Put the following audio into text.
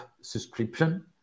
subscription